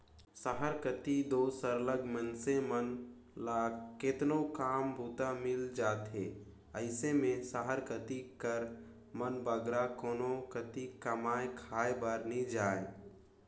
सहर कती दो सरलग मइनसे मन ल केतनो काम बूता मिल जाथे अइसे में सहर कती कर मन बगरा कोनो कती कमाए खाए बर नी जांए